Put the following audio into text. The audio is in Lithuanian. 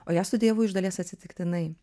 o ją studijavau iš dalies atsitiktinai